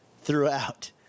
throughout